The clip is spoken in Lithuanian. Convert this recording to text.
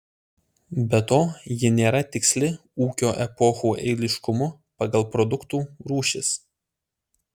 be to ji nėra tiksli ūkio epochų eiliškumu pagal produktų rūšis